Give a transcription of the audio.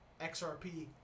XRP